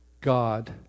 God